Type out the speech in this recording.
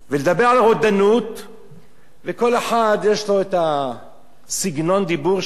וכל אחד יש לו סגנון הדיבור שלו, והביטויים הקשים.